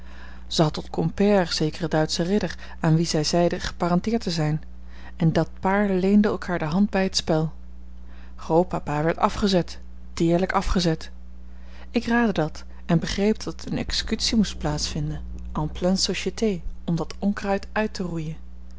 had tot compère zekeren duitschen ridder aan wien zij zeide geparenteerd te zijn en dat paar leende elkaar de hand bij het spel grootpapa werd afgezet deerlijk afgezet ik raadde dat en begreep dat eene executie moest plaats vinden en pleine société om dat onkruid uit te roeien